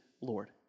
Lord